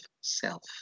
self